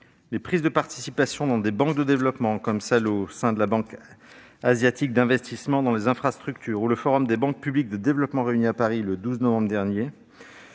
Les prises de participations dans des banques de développement, comme celles qui sont prises au sein de la Banque asiatique d'investissement pour les infrastructures, ou le sommet des banques publiques de développement, réuni à Paris le 12 novembre dernier,